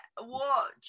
watch